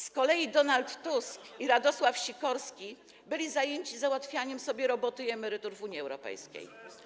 Z kolei Donald Tusk i Radosław Sikorski byli zajęci załatwianiem sobie roboty i emerytur w Unii Europejskiej.